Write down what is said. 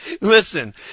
Listen